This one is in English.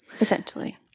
Essentially